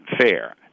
fair